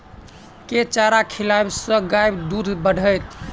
केँ चारा खिलाबै सँ गाय दुध बढ़तै?